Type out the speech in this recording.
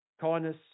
kindness